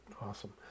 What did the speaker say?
Awesome